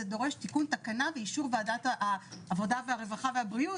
זה דורש תיקון תקנה ואישור ועדת העבודה והרווחה והבריאות,